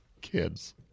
kids